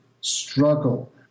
struggle